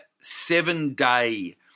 seven-day